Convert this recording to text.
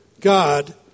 God